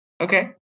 okay